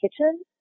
kitchen